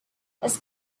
his